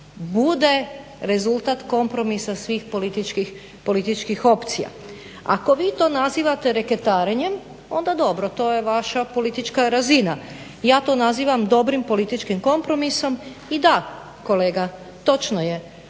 bude rezultat kompromisa svih političkih opcija. Ako vi to nazivate reketarenjem onda dobro, to je vaša politička razina. Ja to nazivam dobrim političkim kompromisom i da, kolega, točno je